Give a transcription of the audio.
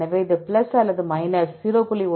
எனவே இது பிளஸ் அல்லது மைனஸ் 0